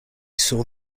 saw